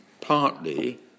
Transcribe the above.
partly